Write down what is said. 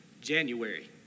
January